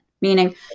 meaning